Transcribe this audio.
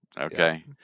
okay